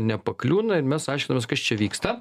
nepakliūna ir mes aiškinamės kas čia vyksta